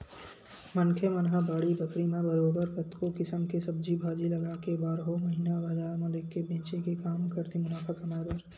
मनखे मन ह बाड़ी बखरी म बरोबर कतको किसम के सब्जी भाजी लगाके बारहो महिना बजार म लेग के बेंचे के काम करथे मुनाफा कमाए बर